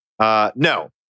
No